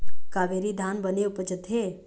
कावेरी धान बने उपजथे?